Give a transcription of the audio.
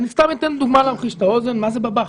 סתם אתן דוגמה לסבר את האוזן מה זה בב"ח,